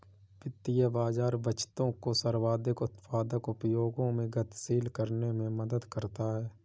वित्तीय बाज़ार बचतों को सर्वाधिक उत्पादक उपयोगों में गतिशील करने में मदद करता है